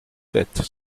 fête